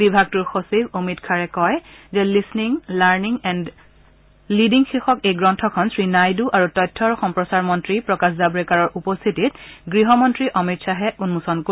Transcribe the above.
বিভাগটোৰ সচিব অমিত খাড়ে কয় যে লিষ্টিনিং লাৰ্ণিং এণ্ড লিডিং শীৰ্ষক এই গ্ৰন্থখন শ্ৰী নাইডু আৰু তথ্য আৰু সম্প্ৰচাৰ মন্ত্ৰী প্ৰকাশ জাভ্ৰেকাৰৰ উপস্থিতিত গৃহমন্ত্ৰী অমিত শ্বাহে উন্মোচন কৰিব